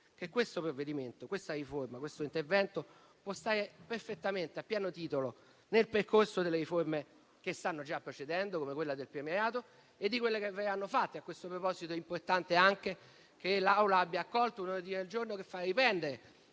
e questo ci fa dire che tale intervento può stare perfettamente e a pieno titolo nel percorso delle riforme che stanno già procedendo, come quella del premierato, e di quelle che verranno realizzate. A questo proposito, è importante anche che l'Assemblea abbia accolto un ordine del giorno che fa riprendere